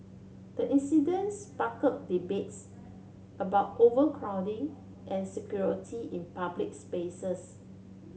the incident spark debates about overcrowding and security in public spaces